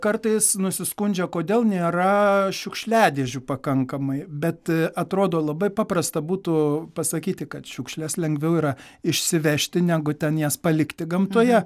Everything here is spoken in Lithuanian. kartais nusiskundžia kodėl nėra šiukšliadėžių pakankamai bet atrodo labai paprasta būtų pasakyti kad šiukšles lengviau yra išsivežti negu ten jas palikti gamtoje